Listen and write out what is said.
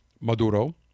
Maduro